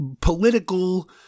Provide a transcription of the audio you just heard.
political